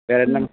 வேறு என்ன